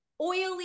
oily